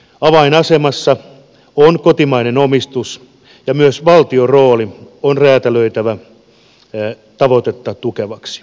avainasemassa on kotimainen omistus ja myös valtion rooli on räätälöitävä tavoitetta tukevaksi